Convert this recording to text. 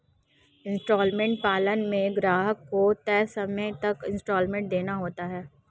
instalment plan में ग्राहक को तय समय तक इन्सटॉलमेंट देना होता है